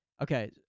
Okay